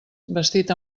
vestit